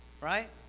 right